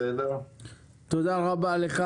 תודה רבה לך.